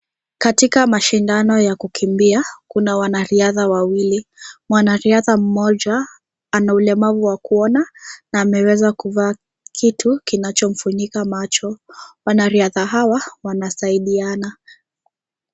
Katika mashindano ya kukimbia kuna wanariadha wawili. mwanariadha mmoja ana ulemavu wa kuona na ameweza kuvaa kitu kinachomfunika macho wanariadha hawa wanasaidiana.